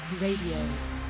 Radio